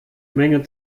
menge